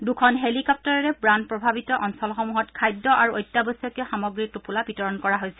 দুখন হেলিকপ্তাৰেৰে বান প্ৰভাৱিত অঞ্চলসমূহত খাদ্য আৰু অত্যাৱশ্যকীয় সামগ্ৰীৰ টোপলা বিতৰণ কৰা হৈছে